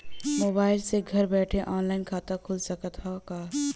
Mobile से घर बैठे ऑनलाइन खाता खुल सकत हव का?